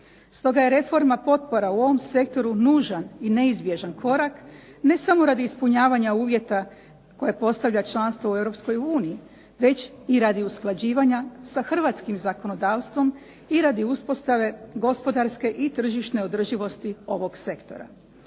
Stoga je reforma potpora u ovom sektoru nužan i neizbježan korak, ne samo radi ispunjavanja uvjeta koje postavlja članstvo u Europskoj uniji, već i radi usklađivanja sa hrvatskim zakonodavstvom i radi uspostave gospodarske i tržišne održivosti ovoga sektora.